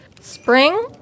spring